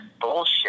bullshit